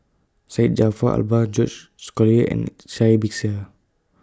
Syed Jaafar Albar George Collyer and Sai Bixia